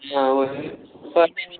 जी हाँ वही समय